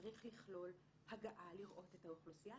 צריך לכלול הגעה לראות את האוכלוסייה,